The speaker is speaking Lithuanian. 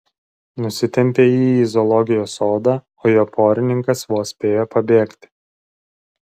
nusitempė jį į zoologijos sodą o jo porininkas vos spėjo pabėgti